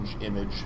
image